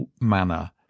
manner